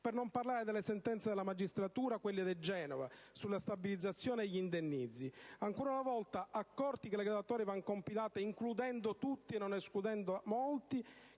Per non parlare delle sentenze della magistratura, quelle di Genova, sugli indennizzi per la mancata stabilizzazione degli insegnanti. Ancora una volta, accorgendosi che le graduatorie vanno compilate includendo tutti e non escludendo molti,